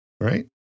Right